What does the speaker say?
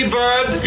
bird